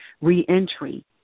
reentry